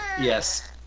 Yes